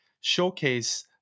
showcase